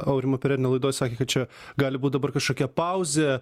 aurimo perednio laidoj sakė čia gali būt dabar kažkokia pauzė